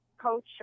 Coach